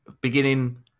beginning